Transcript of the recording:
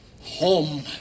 Home